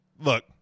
look